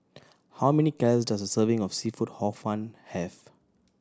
how many calorie does a serving of seafood Hor Fun have